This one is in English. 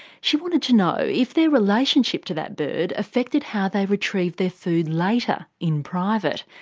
she wanted to know if their relationship to that bird affected how they retrieved their food later in private.